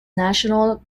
national